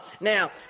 Now